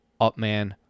Upman